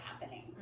happening